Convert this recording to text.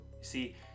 see